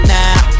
now